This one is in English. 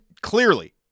clearly